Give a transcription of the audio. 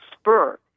spur